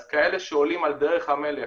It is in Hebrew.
אז כאלה שעולים על דרך המלך,